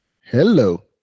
Hello